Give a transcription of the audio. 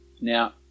Now